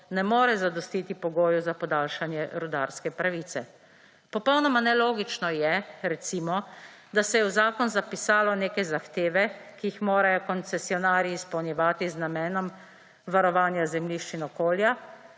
ne more zadostiti pogoju za podaljšanje rudarske pravice. Popolnoma nelogično je, recimo, da se je v zakon zapisalo neke zahteve, ki jih morajo koncesionarji izpolnjevati, z namenom varovanja zemljišč in okolja,